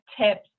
tips